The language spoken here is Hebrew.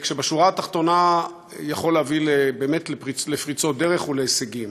שבשורה התחתונה יכול להביא לפריצות דרך ולהישגים.